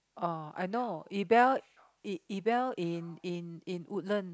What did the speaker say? oh I know Ebel Ebel in in in Woodland